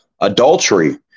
adultery